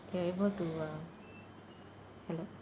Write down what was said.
you're able to uh hello